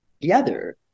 together